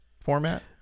format